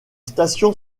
stations